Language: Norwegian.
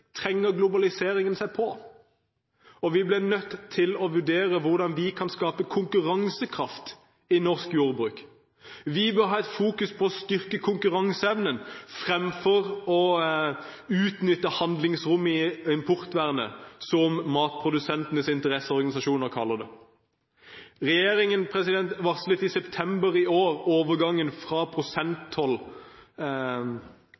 trenger globaliseringen seg på, og vi blir nødt til å vurdere hvordan vi kan skape konkurransekraft i norsk jordbruk. Vi bør ha et fokus på å styrke konkurranseevnen fremfor å «utnytte handlingsrommet i importvernet», som matprodusentenes organisasjoner kaller det. Regjeringen varslet i september i år overgangen fra